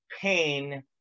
pain